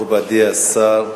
מכובדי השר,